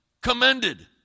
commended